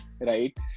right